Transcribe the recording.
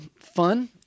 fun